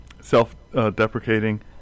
self-deprecating